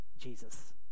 Jesus